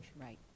right